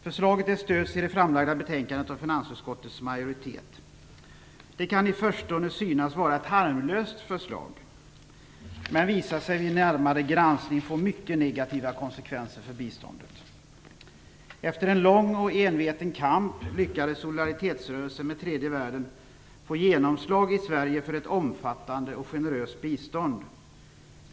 Förslaget stöds i det framlagda betänkandet av finansutskottets majoritet. Det kan i förstone synas vara ett harmlöst förslag. Men det visar sig vid en närmare granskning få mycket negativa konsekvenser för biståndet. Efter en lång och enveten kamp lyckades solidaritetsrörelsen för tredje världen få genomslag i Sverige för ett omfattande och generöst bistånd.